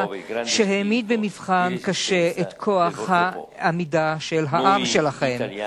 והעמיד במבחן קשה את כוח העמידה של העם שלכם.